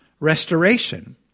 restoration